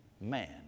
man